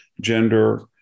gender